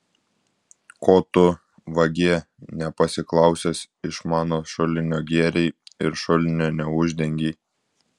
ko tu vagie nepasiklausęs iš mano šulinio gėrei ir šulinio neuždengei